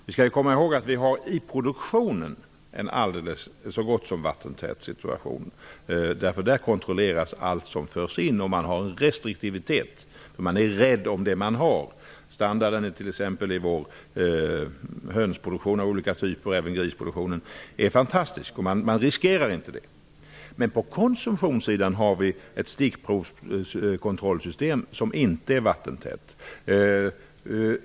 Vi skall komma ihåg att vi i produktionen har en så gott som vattentät situation. Där kontrolleras allt som förs in. Man har en restriktivitet, eftersom man är rädd om det man har. Standarden inom vår hönsproduktion av olika typer och även grisproduktionen är fantastisk. Man riskerar inte detta. På konsumtionssidan har vi ett stickprovskontrollsystem som inte är vattentätt.